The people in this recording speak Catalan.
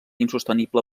insostenible